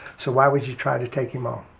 so why would you try to take him on?